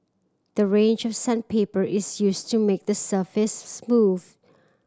the range of sandpaper is used to make the surface smooth